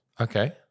Okay